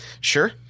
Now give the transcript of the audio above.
Sure